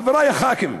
חברי הח"כים,